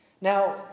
Now